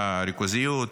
ריכוזיות,